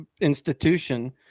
institution